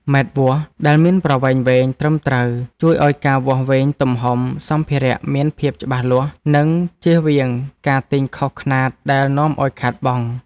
ម៉ែត្រវាស់ដែលមានប្រវែងវែងត្រឹមត្រូវ ជួយឱ្យការវាស់វែងទំហំសម្ភារៈមានភាពច្បាស់លាស់ និងជៀសវាងការទិញខុសខ្នាតដែលនាំឱ្យខាតបង់។